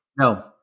No